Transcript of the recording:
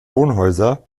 wohnhäuser